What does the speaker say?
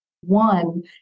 One